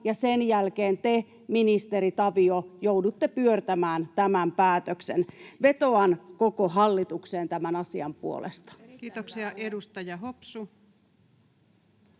sen jälkeen te, ministeri Tavio, joudutte pyörtämään tämän päätöksen. Vetoan koko hallitukseen tämän asian puolesta. Kiitoksia. — Edustaja Hopsu.